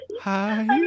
hi